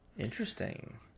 interesting